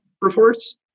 reports